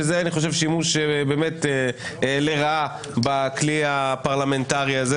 שזה אני חושב שימוש שבאמת לרעה בכלי הפרלמנטרי הזה.